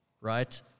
right